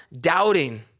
doubting